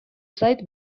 zait